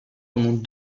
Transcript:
pendant